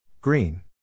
Green